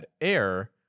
air